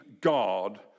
God